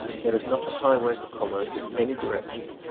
there is not a highway for commerce in any direction,